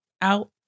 Out